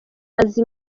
azi